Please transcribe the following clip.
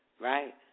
right